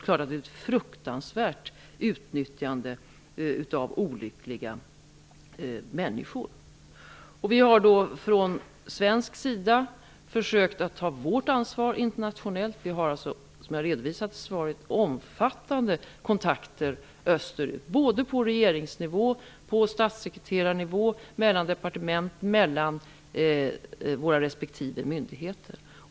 Detta är ett fruktansvärt utnyttjande av olyckliga människor. Vi har från svensk sida försökt att ta vårt ansvar internationellt. Som jag redovisade i svaret, har vi omfattande kontakter österut, både på regeringsnivå och på statssekreterarnivå, mellan departement och mellan respektive myndigheter.